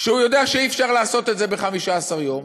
שהוא יודע שאי-אפשר לעשות את זה ב-15 יום.